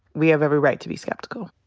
we have every right to be skeptical.